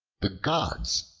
the gods,